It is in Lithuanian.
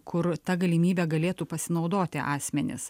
kur ta galimybe galėtų pasinaudoti asmenys